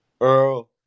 Earl